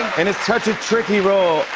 and it's such a tricky role.